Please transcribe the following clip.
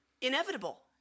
inevitable